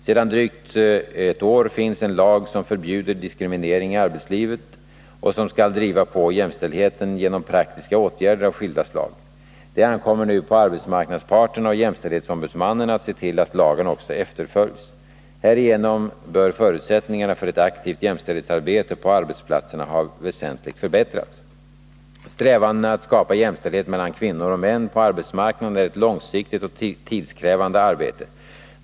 Sedan drygt ett år tillbaka finns en lag som förbjuder diskriminering i arbetslivet och som skall driva på jämställdheten genom praktiska åtgärder av skilda slag. Det ankommer nu på arbetsmarknadsparterna och jämställdhetsombudsmannen att se till att lagen också efterföljs. Härigenom bör förutsättningarna för ett aktivt jämställdhetsarbete på arbetsplatserna ha väsentligt förbättrats. Strävandena att skapa jämställdhet mellan kvinnor och män på arbetsmarknaden är ett långsiktigt och tidskrävande arbete.